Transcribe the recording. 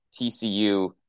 TCU